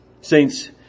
Saints